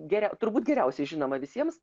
geriau turbūt geriausiai žinoma visiems